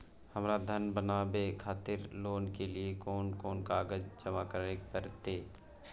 हमरा धर बनावे खातिर लोन के लिए कोन कौन कागज जमा करे परतै?